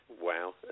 wow